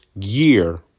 year